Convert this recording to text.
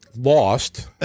lost